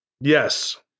Yes